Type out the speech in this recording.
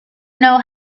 know